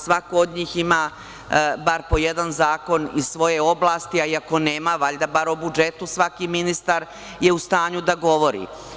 Svako od njih ima bar po jedan zakon iz svoje oblasti, a i ako nema, valjda je bar o budžetu svaki ministar u stanju da govori.